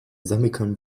zamykam